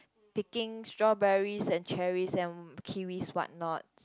picking strawberries and cherries and kiwis walnuts